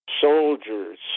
Soldiers